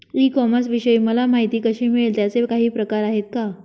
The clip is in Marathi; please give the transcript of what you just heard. ई कॉमर्सविषयी मला माहिती कशी मिळेल? त्याचे काही प्रकार आहेत का?